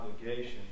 obligation